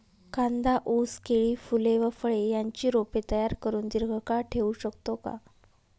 कांदा, ऊस, केळी, फूले व फळे यांची रोपे तयार करुन दिर्घकाळ ठेवू शकतो का?